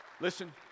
Listen